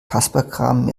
kasperkram